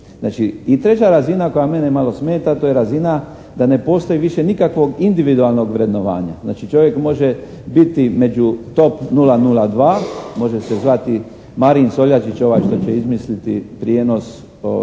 i treća razina koja mene malo smeta to je razina da ne postoji više nikakvog individualnog vrednovanja. Znači, čovjek može biti među top 002, može se zvati Marin Soljačić ovaj što će izmisliti prijenos energije